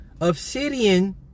Obsidian